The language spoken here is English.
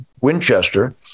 Winchester